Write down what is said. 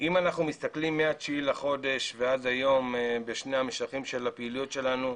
אם אנחנו מסתכלים מ-9 לחודש ועד היום בשני המשכים של הפעילות שלנו,